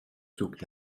zoek